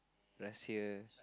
Russia